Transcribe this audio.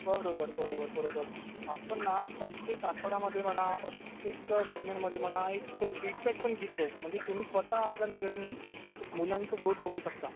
बरोबर बरोबर बरोबर आपण ना प्रत्येक आठवड्यामध्ये म्हणा प्रत्येक महिन्यांमध्ये म्हणा एक फिडबॅक पण घेत जाऊ म्हणजे तुम्ही स्वत आपल्या नजरेने मुलांचं ग्रोथ बघू शकता